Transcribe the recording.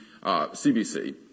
CBC